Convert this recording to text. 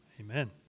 amen